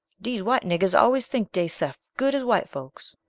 dees white niggers always tink dey sef good as white folks,